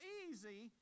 easy